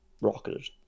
rocketed